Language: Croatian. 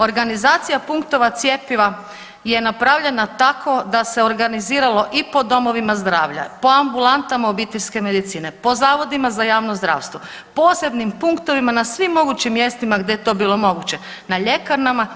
Organizacija punktova cjepiva je napravljena tako da se organiziralo i po domovima zdravlja, po ambulantama obiteljske medicine, po zavodima za javno zdravstvo, posebnim punktovima na svim mogućim mjestima gdje je to bilo moguće u ljekarnama.